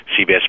CBS